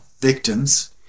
victims